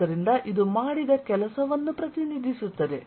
ಆದ್ದರಿಂದ ಇದು ಮಾಡಿದ ಕೆಲಸವನ್ನು ಪ್ರತಿನಿಧಿಸುತ್ತದೆ